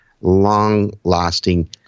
long-lasting